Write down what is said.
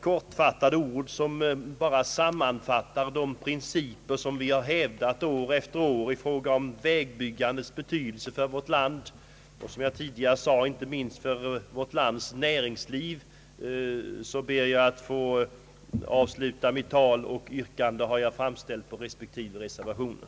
Med dessa ord, som endast sammanfattar de principer vi hävdat år efter år i fråga om vägbyggandets betydelse för vårt land och — som jag tidigare sade — inte minst för vårt lands näringsliv, ber jag att få avsluta mitt anförande. Yrkandena har jag framställt i samband med att jag berört respektive reservationer.